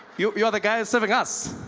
you you are the guy and serving us?